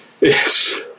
Yes